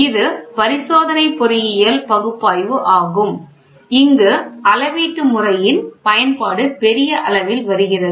இது பரிசோதனை பொறியியல் பகுப்பாய்வு ஆகும் இங்கு அளவீட்டு முறையின் பயன்பாடு பெரிய அளவில் வருகிறது